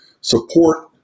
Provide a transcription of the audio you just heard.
support